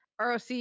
ROC